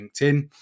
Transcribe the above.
LinkedIn